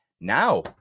now